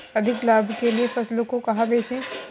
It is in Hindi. अधिक लाभ के लिए फसलों को कहाँ बेचें?